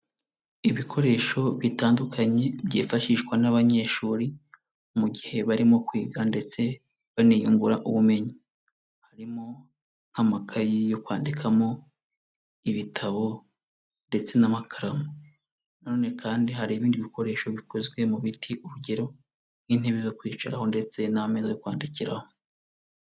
Ibikoresho bitandukanye byifashishwa n'abanyeshuri, mu gihe barimo kwiga ndetse, baniyungura ubumenyi. Harimo nk'amakayi yo kwandikamo, ibitabo, ndetse n'amakaramu. Nonene kandi hari ibindi bikoresho bikozwe mu biti urugero, nk'intebe zo kwicaraho ndetse n'amezi yo kwandikiraho.